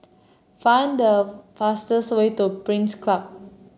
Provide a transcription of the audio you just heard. find the fastest way to Pines Club